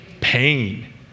Pain